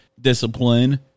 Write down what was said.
discipline